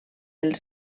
els